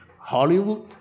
Hollywood